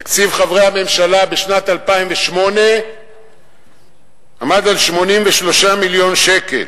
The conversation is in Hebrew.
תקציב חברי הממשלה בשנת 2008 היה 83 מיליון שקל.